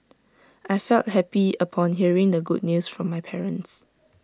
I felt happy upon hearing the good news from my parents